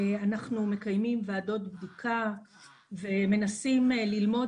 אנחנו מקיימים וועדות בדיקה ומנסים ללמוד